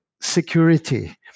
security